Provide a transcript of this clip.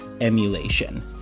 emulation